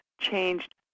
changed